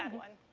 one.